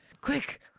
quick